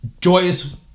joyous